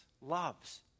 loves